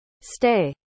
stay